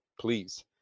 please